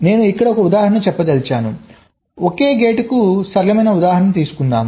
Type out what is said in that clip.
నేను ఇక్కడ ఒక ఉదాహరణ చెప్పదలిచాను ఒకే గేటుకు సరళమైన ఉదాహరణ తీసుకుందాం